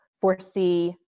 foresee